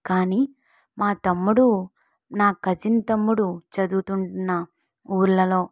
కానీ మా తమ్ముడు నా కజిన్ తమ్ముడు చదువుకుంటున్న ఊళ్ళలో